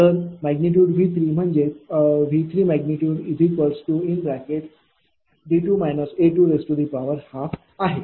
तर V3 म्हणजे V3D2 A212आहे